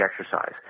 exercise